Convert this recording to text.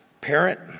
Parent